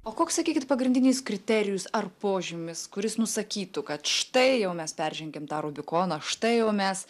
o koks sakykit pagrindinis kriterijus ar požymis kuris nusakytų kad štai jau mes peržengėm tą rubikoną štai jau mes